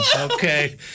Okay